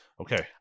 Okay